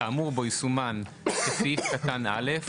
האמור בו יסומן כסעיף קטן (א),